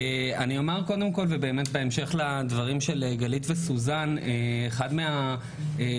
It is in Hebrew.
אני אומר קודם כל ובהמשך לדברים של גלית וסוזן: אחד מהתהליכים